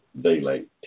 Daylight